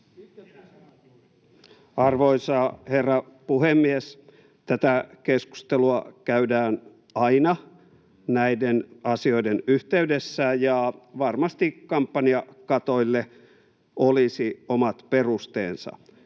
Arvoisa herra puhemies! Tätä keskustelua käydään aina näiden asioiden yhteydessä, ja varmasti kampanjakatoille olisi omat perusteensa.